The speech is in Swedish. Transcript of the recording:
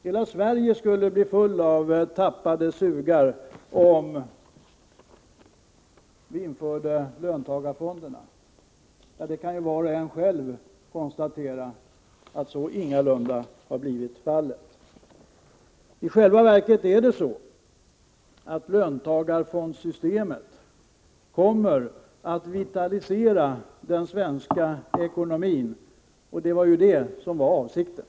Hela Sverige skulle bli fullt av ”tappade sugar” om vi införde löntagarfonderna. Ja, var och en kan ju konstatera att så ingalunda har blivit fallet. I själva verket är det så, att löntagarfondssystemet kommer att vitalisera den svenska ekonomin, och det var ju det som var avsikten.